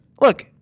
look